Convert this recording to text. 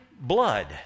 blood